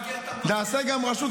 תראה כמה שרים.